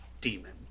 demon